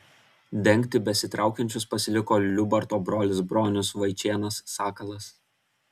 dengti besitraukiančius pasiliko liubarto brolis bronius vaičėnas sakalas